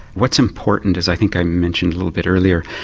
what's important is, i think i mentioned a little bit earlier,